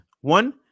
One